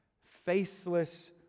faceless